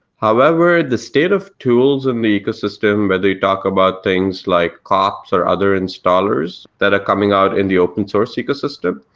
however, the state of tools in the ecosystem whether you talk about things like cops or other installers that are coming out in the open source ecosystem,